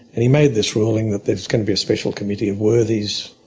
and he made this ruling that there's going to be a special committee of worthies